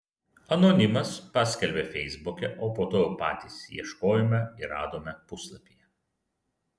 anonimas paskelbė feisbuke o po to jau patys ieškojome ir radome puslapyje